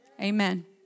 Amen